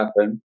happen